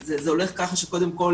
זה קודם כל